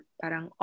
parang